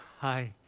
hi.